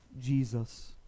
Jesus